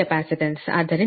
ಆದ್ದರಿಂದ I IR IS ಸರಿನಾ